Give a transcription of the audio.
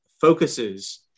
focuses